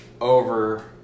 over